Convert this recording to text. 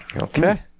Okay